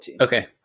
Okay